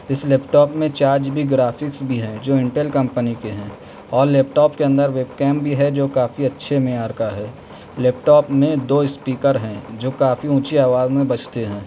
اس laptop میں چار G B graphics بھی ہیں جو انٹل کمپنی کے ہیں اور لیپ ٹاپ کے اندر ویب کیم بھی ہے جو کافی اچھے معیار کا ہے لیپ ٹاپ میں دو اسپیکر ہیں جو کافی اونچی آواز میں بجتے ہیں